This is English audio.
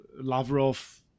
Lavrov